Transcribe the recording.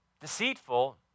Deceitful